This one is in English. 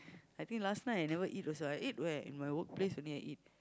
I think last night I never eat also I eat where at my workplace only I eat